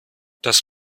das